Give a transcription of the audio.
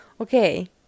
Okay